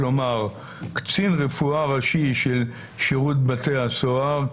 כלומר קצין רפואה ראשי של שירות בתי הסוהר,